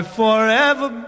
forever